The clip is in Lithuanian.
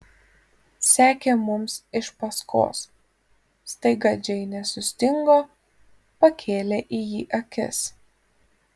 sekė mums iš paskos staiga džeinė sustingo pakėlė į jį akis